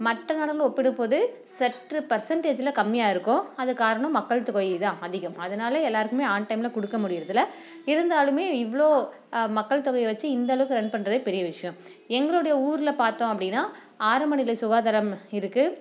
மற்ற நாடுகளோடு ஒப்பிடும்போது சற்று பர்சண்டேஜில் கம்மியாக இருக்கோம் அதுக்கு காரணம் மக்கள் தொகை தான் அதிகம் அதனால எல்லோருக்குமே ஆன் டைமில் கொடுக்க முடியறதில்ல இருந்தாலுமே இவ்வளோ மக்கள் தொகைய வச்சு இந்தளவுக்கு ரன் பண்ணுறதே பெரிய விஷயம் எங்களுடைய ஊரில் பார்த்தோம் அப்படின்னா ஆரம்பநிலை சுகாதாரம் இருக்குது